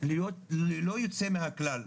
להיות ללא יוצא מהכלל,